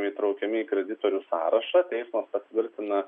neįtraukiami į kreditorių sąrašą teismas patvirtina